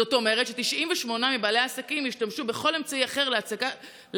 זאת אומרת ש-98% מבעלי העסקים ישתמשו בכל אמצעי אחר להצלת